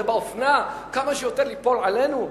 זה באופנה, כמה שיותר ליפול עלינו.